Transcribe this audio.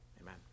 Amen